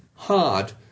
hard